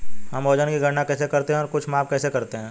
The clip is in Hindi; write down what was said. हम वजन की गणना कैसे करते हैं और कुछ माप कैसे करते हैं?